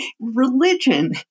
Religion